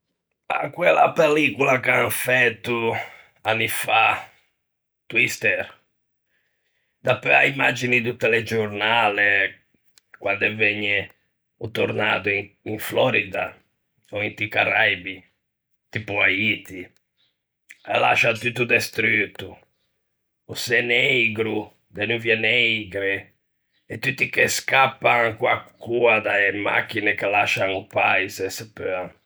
À quella pellicola che an fæto anni fa, "Twister", dapeu a-e imagini do telegiornale quande vëgne o tornado in Flòrdia, ò inti Caraibi, tipo Haiti, e lascia tutto destruto; o çê neigro de nuvie neigre, e tutti che scappan co-a coa de machine che lascian o Paise, se peuan.